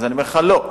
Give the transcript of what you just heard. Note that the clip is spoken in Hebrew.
אני אומר לך: לא.